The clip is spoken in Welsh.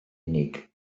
unig